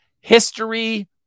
history